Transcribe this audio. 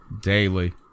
Daily